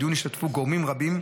בדיון השתתפו גורמים רבים,